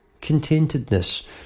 Contentedness